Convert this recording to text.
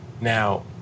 now